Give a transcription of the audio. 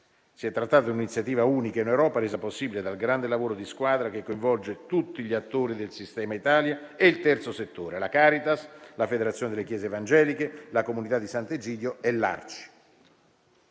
Si è trattato di un'iniziativa unica in Europa, resa possibile dal grande lavoro di squadra che coinvolge tutti gli attori del sistema Italia e il terzo settore: la Caritas, la Federazione delle chiese evangeliche, la Comunità di Sant'Egidio e l'ARCI.